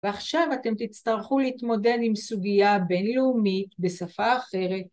ועכשיו אתם תצטרכו להתמודד עם סוגיה בינלאומית בשפה אחרת.